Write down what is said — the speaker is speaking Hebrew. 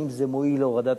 האם זה מועיל להורדת